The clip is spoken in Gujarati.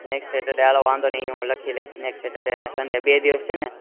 નએક્સ સેટર ડે હાલો હું લખી લઇશ નેસક્સ સેટર ડે અને સંડે બે દિવસ છે ને